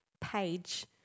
page